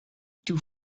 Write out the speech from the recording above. two